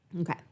Okay